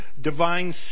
divine